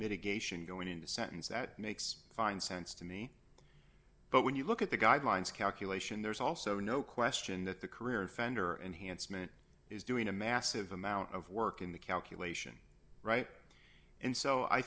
mitigation going in the sentence that makes fine sense to me but when you look at the guidelines calculation there's also no question that the career offender and hants man is doing a massive amount of work in the calculation right and so i